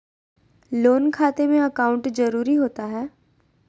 Loan खाते में account जरूरी होता है?